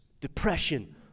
depression